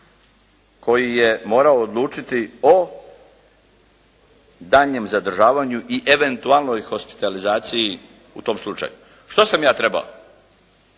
koji je morao odlučiti o daljnjem zadržavanju i eventualnoj hospitalizaciji u tom slučaju. Što sam ja trebao?